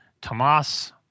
Tomas